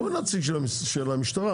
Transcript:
הוא נציג של המשטרה.